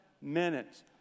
minutes